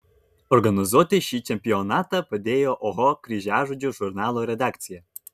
organizuoti šį čempionatą padėjo oho kryžiažodžių žurnalų redakcija